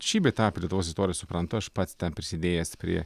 šį bei tą apie lietuvos istoriją suprantu aš pats prisidėjęs prie